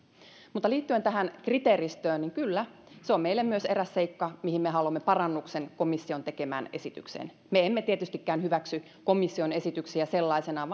mutta liittyen tähän kriteeristöön niin kyllä se on meille myös eräs seikka mihin me haluamme parannuksen komission tekemään esitykseen me emme tietystikään hyväksy komission esityksiä sellaisenaan